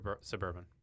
Suburban